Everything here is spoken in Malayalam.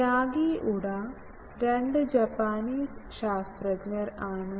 യാഗി ഉഡ രണ്ട് ജാപ്പനീസ് ശാസ്ത്രജ്ഞർ ആണ്